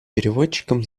переводчикам